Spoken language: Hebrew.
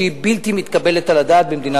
שהיא בלתי מתקבלת על הדעת.